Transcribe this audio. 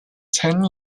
ten